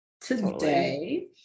today